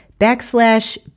backslash